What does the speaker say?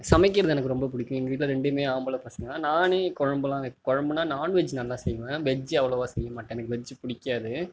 சமைக்கிறது எனக்கு ரொம்ப பிடிக்கும் எங்கள் வீட்டில் ரெண்டும் ஆம்பளை பசங்கள் தான் நானே குழம்புலா குழம்புனா நான்வெஜ் நல்லா செய்வேன் வெஜ் அவ்வளவா செய்ய மாட்டேன் எனக்கு வெஜ்ஜு பிடிக்காது